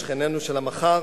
שכנינו של המחר,